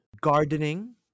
Gardening